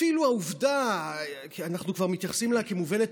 אפילו העובדה שאנחנו מתייחסים אליה כמובנת